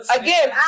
Again